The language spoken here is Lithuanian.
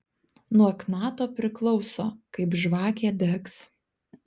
nuo knato priklauso kaip žvakė degs